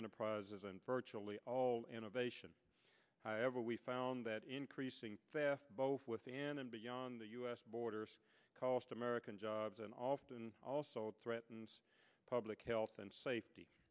enterprises and virtually all innovation however we found that increasing both within and beyond the u s borders cost american jobs and often also threatens public health and safety